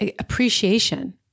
appreciation